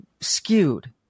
skewed